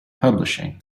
publishing